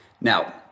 Now